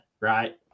right